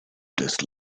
these